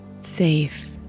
Safe